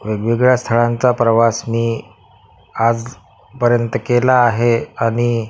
वेगवेगळ्या स्थळांचा प्रवास मी आजपर्यंत केला आहे आणि